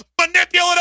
manipulative